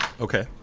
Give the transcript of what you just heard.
Okay